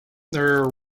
their